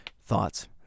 thoughts